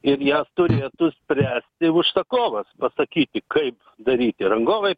ir jas turėtų spręsti užsakovas pasakyti kaip daryti rangovai